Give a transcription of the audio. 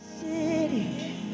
City